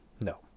no